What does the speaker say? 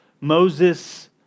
Moses